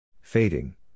Fading